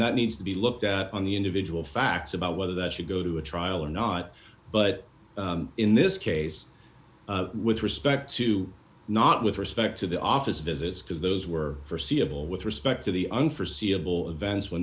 that needs to be looked at on the individual facts about whether that should go to a trial or not but in this case with respect to not with respect to the office visits because those were forseeable with respect to the un forseeable vents when